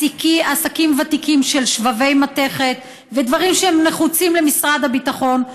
עסקים ותיקים של שבבי מתכת ודברים שנחוצים למשרד הביטחון,